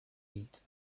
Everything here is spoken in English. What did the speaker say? eat